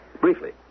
Briefly